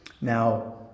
Now